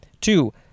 Two